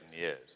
years